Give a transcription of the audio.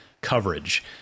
coverage